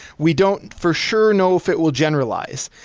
we don't for sure know if it will generalize.